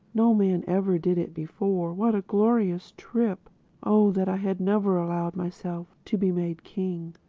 no man ever did it before. what a glorious trip oh that i had never allowed myself to be made king!